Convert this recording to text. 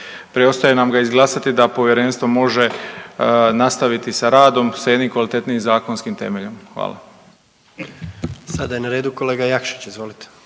preostaje nam ga izglasati da povjerenstvo može nastaviti sa radom sa jednim kvalitetnijim zakonskim temeljem. Hvala. **Jandroković, Gordan